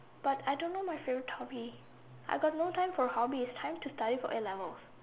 but I don't know my favourite hobby I got no time for a hobby it's time to study for A-levels